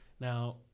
Now